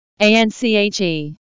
A-N-C-H-E